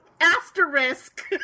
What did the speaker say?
Asterisk